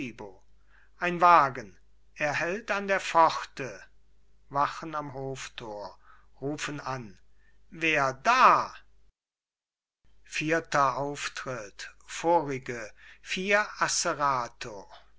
ein wagen er hält an der pforte wachen am hoftor rufen an wer da vierter auftritt vorige vier asserato